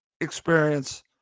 experience